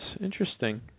Interesting